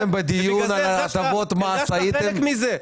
בגלל זה הרגשת חלק מזה.